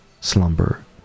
slumber